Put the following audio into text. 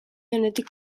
onetik